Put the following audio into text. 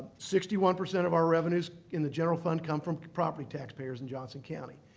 sixty one percent of our revenues in the general fund come from property taxpayers in johnson county.